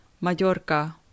Mallorca